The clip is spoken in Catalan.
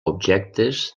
objectes